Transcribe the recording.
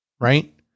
Right